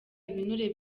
ibinure